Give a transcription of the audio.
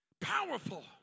Powerful